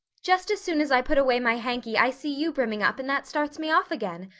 just as soon as i put away my hanky i see you brimming up and that starts me off again.